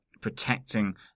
protecting